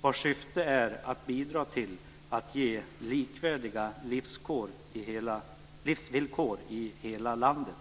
vars syfte är att bidra till att ge likvärdiga livsvillkor i hela landet.